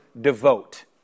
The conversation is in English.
devote